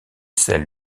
celle